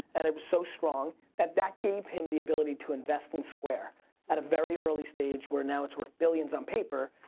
and it was so strong, and that gave him the ability to invest in square at a very early stage where now it's worth billions on paper.